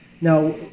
Now